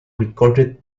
recorded